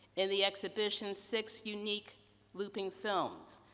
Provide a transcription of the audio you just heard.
and the exhibition's six unique looping films,